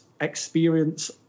experience